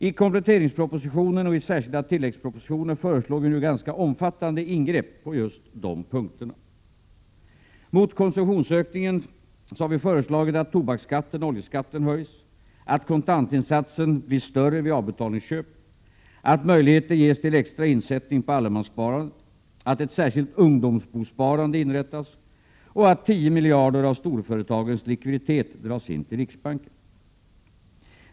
I kompletteringspropositionen och i särskilda tilläggspropositioner föreslår vi nu ganska omfattande ingrepp på just dessa punkter. 1. Mot konsumtionsökningen har vi föreslagit att tobaksskatten och oljeskatten höjs, att kontantinsatsen blir större vid avbetalningsköp, att möjligheter ges till extra insättning på allemanssparandet, att ett särskilt ungdomsbosparande inrättas och att 10 miljarder kronor av storföretagens likviditet dras in till riksbanken.